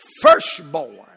firstborn